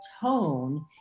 tone